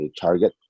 target